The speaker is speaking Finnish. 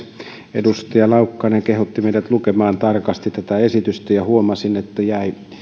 edustaja laukkanen kehotti meitä lukemaan tarkasti tätä esitystä ja huomasin että jäi